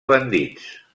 bandits